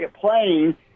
playing